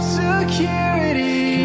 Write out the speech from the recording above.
security